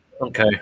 Okay